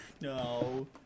No